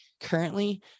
currently